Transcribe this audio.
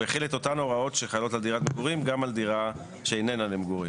הוא החיל את ההוראות שחלות על דירת מגורים גם על דירה שאיננה למגורים.